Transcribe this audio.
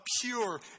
pure